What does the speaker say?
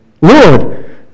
Lord